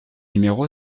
numéro